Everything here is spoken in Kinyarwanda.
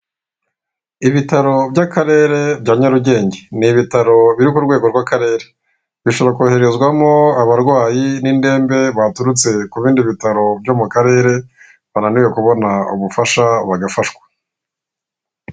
Ibitaro by'akarere bya nyarugenge ni ibitaro biri ku rwego rw'akarere bishobora koherezwamo abarwayi n'indembe baturutse ku bindi bitaro byo mu karere bananiwe kubona ubufasha bagafashwa .